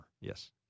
Yes